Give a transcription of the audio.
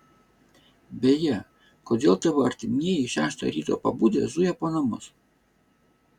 beje kodėl tavo artimieji šeštą ryto pabudę zuja po namus